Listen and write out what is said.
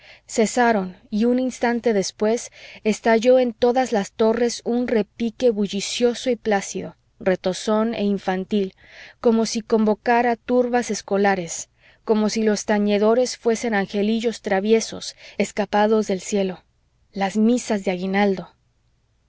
cesaron y un instante después estalló en todas las torres un repique bullicioso y plácido retozón e infantil como si convocara turbas escolares como si los tañedores fuesen angelillos traviesos escapados del cielo las misas de aguinaldo